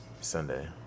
Sunday